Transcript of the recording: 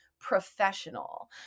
professional